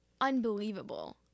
unbelievable